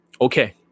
okay